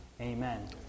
amen